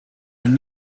hun